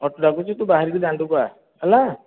auto ଡାକୁଛି ତୁ ବାହାରିକି ଦାଣ୍ଡକୁ ଆ ହେଲା